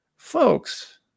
Folks